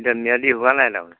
এতিয়া ম্যাদি হোৱা নাই তাৰমানে